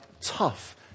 tough